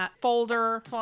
Folder